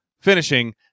finishing